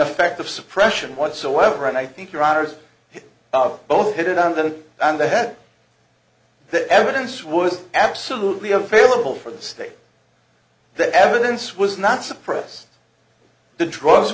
effect of suppression whatsoever and i think your honour's of both hit it on the on the head the evidence was absolutely available for the state the evidence was not suppressed the drugs